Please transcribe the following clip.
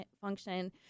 function